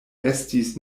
estis